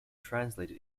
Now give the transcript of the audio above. translated